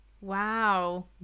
Wow